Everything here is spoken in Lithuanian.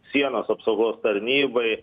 sienos apsaugos tarnybai